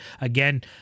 Again